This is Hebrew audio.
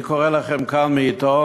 אני קורא לכם כאן מעיתון,